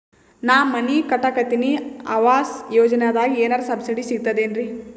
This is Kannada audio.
ನಾ ಮನಿ ಕಟಕತಿನಿ ಆವಾಸ್ ಯೋಜನದಾಗ ಏನರ ಸಬ್ಸಿಡಿ ಸಿಗ್ತದೇನ್ರಿ?